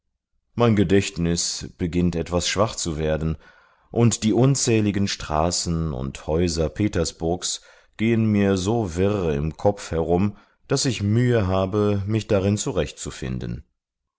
mein gedächtnis beginnt etwas schwach zu werden und die unzähligen straßen und häuser petersburgs gehen mir so wirr im kopf herum daß ich mühe habe mich darin zurechtzufinden